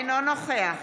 אינו נוכח